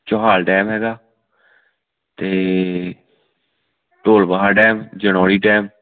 Chohal dam ਹੈਗਾ ਅਤੇ Dholbaha dam Janoli dam